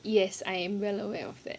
yes I am well aware of that